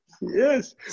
Yes